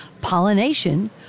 pollination